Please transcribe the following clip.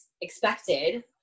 expected